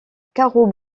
carreaux